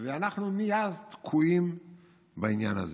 ואנחנו מאז תקועים בעניין הזה.